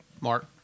Mark